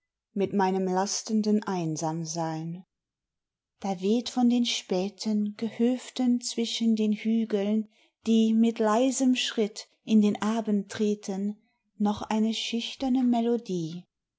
mit meinem lastenden einsamsein da weht von den späten gehöften zwischen den hügeln die mit leisem schritt in den abend treten noch eine schüchterne melodie